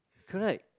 right